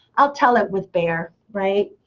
i'll tell it with bear, right?